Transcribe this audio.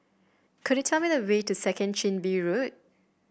could you tell me the way to Second Chin Bee Road